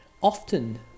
Often